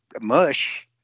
mush